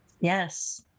Yes